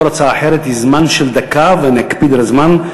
כל הצעה אחרת היא זמן של דקה, ונקפיד על הזמן.